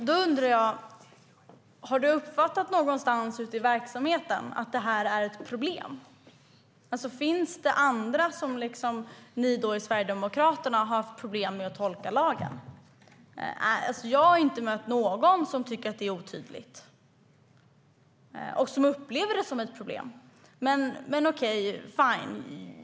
Fru talman! Har Robert Stenkvist uppfattat att det någonstans i verksamheten finns ett problem? Finns det andra som liksom ni i Sverigedemokraterna har haft problem att tolka lagen? Jag har inte mött någon som tycker att lagen är otydlig och upplever att det finns ett problem. Okej. Fine.